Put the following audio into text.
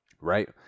Right